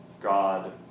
God